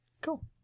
Cool